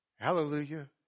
Hallelujah